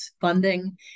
funding